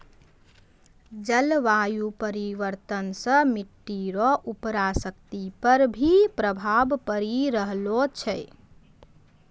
जलवायु परिवर्तन से मट्टी रो उर्वरा शक्ति पर भी प्रभाव पड़ी रहलो छै